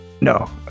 No